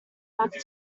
back